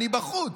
אני בחוץ.